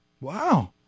Wow